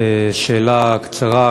שאלה קצרה,